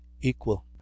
equal